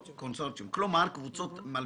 כלומר קבוצות מלווים.